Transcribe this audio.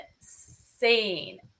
Insane